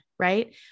right